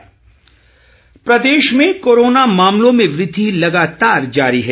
corona update प्रदेश में corona मामलों में वृद्धि लगातार जारी है